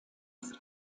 ist